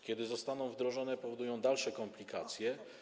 Kiedy zostaną one wdrożone, powodują dalsze komplikacje.